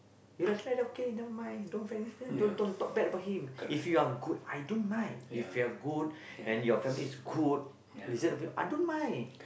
you last time like that K never mind don't friend me friend don't don't talk bad about him if you are good I don't mind if you are good and your family is good listen a bit I don't mind